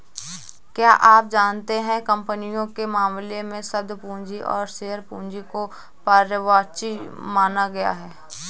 क्या आप जानते है कंपनियों के मामले में, शब्द पूंजी और शेयर पूंजी को पर्यायवाची माना गया है?